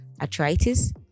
arthritis